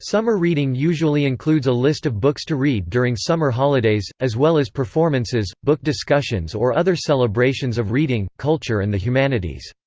summer reading usually includes a list of books to read during summer holidays, as well as performances, book discussions or other celebrations of reading, culture and the humanities.